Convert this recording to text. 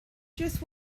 just